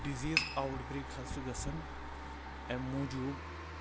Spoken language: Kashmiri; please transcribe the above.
ڈِزِیٖز آوُٹ برٛیک حظ چھُ گژھن اَمہِ موٗجوٗب